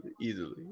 easily